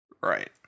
Right